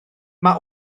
mae